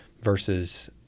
versus